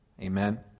Amen